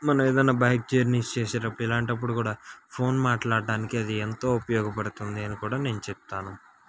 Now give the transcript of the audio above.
మనం ఏదైనా bike journeys చేసేటప్పుడు ఇలాంటప్పుడు కూడా ఫోన్ మాట్లాడడానికి అది ఎంతో ఉపయోగపడుతుంది అని కూడా నేను చెప్తాను